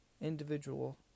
individual